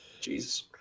Jesus